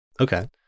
Okay